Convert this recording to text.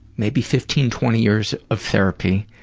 maybe fifteen twenty years of therapy,